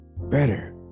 better